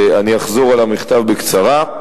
אני אחזור על המכתב בקצרה: